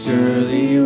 Surely